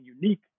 unique